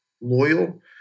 loyal